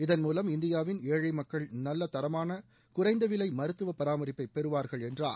இதன் மூலம் இந்தியாவிள் ஏழை மக்கள் நல்ல தரமான குறைந்தவிலை மருத்துவ பராமரிப்பை பெறுவார்கள் என்றார்